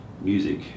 music